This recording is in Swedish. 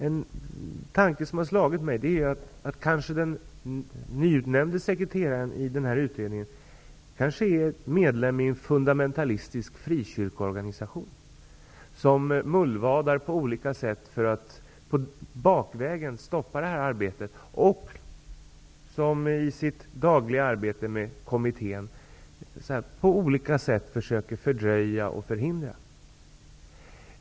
En tanke som har slagit mig är att den nyutnämnde sekreteraren kanske är medlem i en fundamentalistisk frikyrkoorganisation. I sitt dagliga arbete i kommittén kanske han ''mullvadar'' på olika sätt för att bakvägen stoppa olika förslag och för att försöka fördröja och förhindra arbetet.